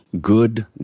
Good